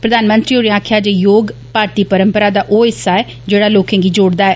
प्रधानमंत्री होरें आक्खेआ जे योग भारती परम्परा दा ओ हिस्सा ऐ जेड़ा लोकें गी जोड़दा ऐ